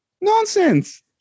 Nonsense